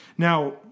Now